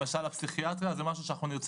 למשל בפסיכיאטריה זה משהו שאנחנו נרצה